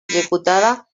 executada